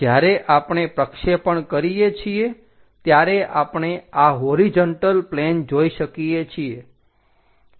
જ્યારે આપણે પ્રક્ષેપણ કરીએ છીએ ત્યારે આપણે આ હોરીજન્ટલ પ્લેન જોઈ શકીએ છીએ